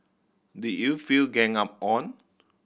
did you feel ganged up on